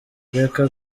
reka